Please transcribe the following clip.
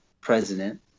president